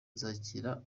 zakira